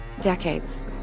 Decades